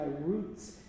roots